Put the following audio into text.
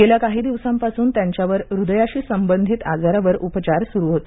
गेल्या काही दिवसांपासून त्यांच्यावर हृदयाशी संबंधित आजारावर उपचार सुरू होते